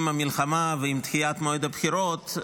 עם המלחמה ועם דחיית מועד הבחירות,